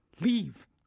Leave